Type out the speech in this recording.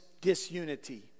disunity